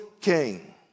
king